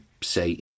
say